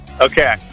Okay